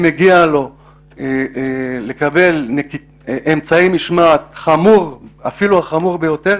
מגיע לקבל אמצעי משמעת אפילו החמור ביותר